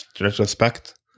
retrospect